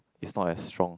is not as strong